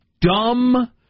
dumb